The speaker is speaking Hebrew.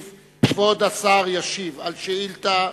כבוד סגן השר ישיב על שאילתא מס'